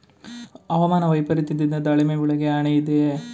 ಹವಾಮಾನ ವೈಪರಿತ್ಯದಿಂದ ದಾಳಿಂಬೆ ಬೆಳೆಗೆ ಹಾನಿ ಇದೆಯೇ?